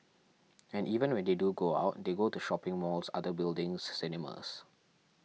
and even when they do go out they go to shopping malls other buildings cinemas